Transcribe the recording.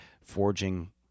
forging